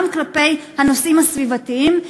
גם כלפי הנושאים הסביבתיים,